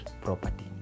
property